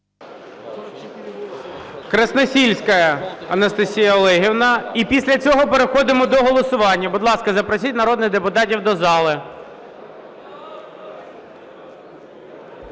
Красносільська Анастасія Олегівна. І після цього переходимо до голосування. Будь ласка, запросіть народних депутатів до зали.